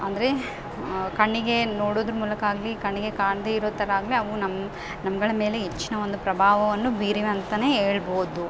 ಅಂದರೆ ಕಣ್ಣಿಗೆ ನೋಡೊದ್ರ ಮೂಲಕಾಗಲಿ ಕಣ್ಣಿಗೆ ಕಾಣ್ದೆಯಿರೋ ಥರ ಆಗ್ಲಿ ಅವು ನಮ್ಮ ನಮ್ಗಳ ಮೇಲೆ ಹೆಚ್ಚಿನ ಒಂದು ಪ್ರಭಾವವನ್ನು ಬೀರಿವೆ ಅಂತಾ ಹೇಳ್ಬೋದು